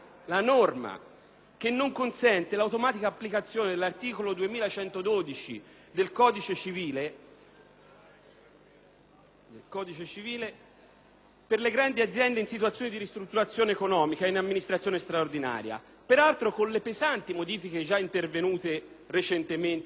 che non consente l’automatica applicazione dell’articolo 2112 del codice civile per le grandi aziende in situazione di ristrutturazione economica e in amministrazione straordinaria, per altro con le pesanti modifiche gia intervenute recentemente sulla legge Marzano.